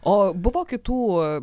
o buvo kitų